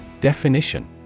Definition